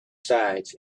sides